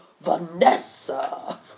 Vanessa